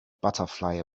butterfly